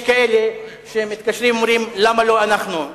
יש כאלה שמתקשרים ואומרים: למה לא אנחנו?